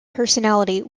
personality